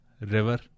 river